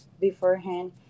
beforehand